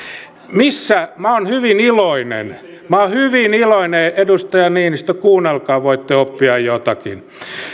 mistä minä olen hyvin iloinen minä olen hyvin iloinen edustaja niinistö kuunnelkaa voitte oppia jotakin